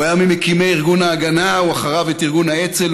הוא היה ממקימי ארגון ההגנה, ואחריו, ארגון האצ"ל.